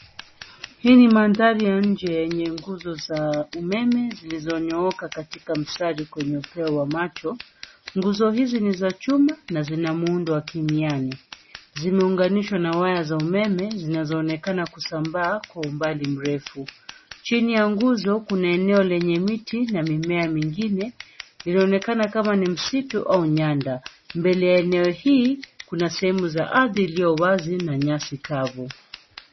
Hii ni mandhari ya nje yenye nguzo za umeme zilizonyooka katika mstari kwenye upeo wa macho, nguzo hizi ni za chuma na zina muundo wa kimiani, zimeunganishwa na waya za umeme zinazoonekana kusambaa kwa umbali mrefu, chini ya nguzo kuna eneo lenye miti na mimea mingine, linaonekana kama ni msitu au nyanda, mbele ya eneo hii, kuna sehemu za ardhi iliyo wazi na nyasi kavu.